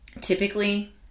Typically